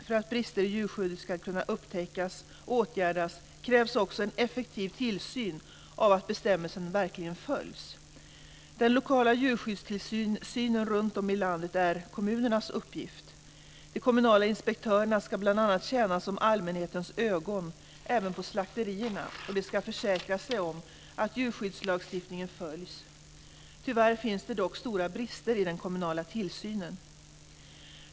För att brister i djurskyddet ska kunna upptäckas och åtgärdas krävs också en effektiv tillsyn av att bestämmelserna verkligen följs. Den lokala djurskyddstillsynen runtom i landet är kommunernas uppgift. De kommunala inspektörerna ska bl.a. tjäna som allmänhetens ögon även på slakterierna, och de ska försäkra sig om att djurskyddslagstiftningen följs. Tyvärr finns det dock stora brister i den kommunala tillsynen.